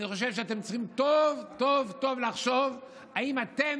אני חושב שאתם צריכים לחשוב טוב-טוב אם אתם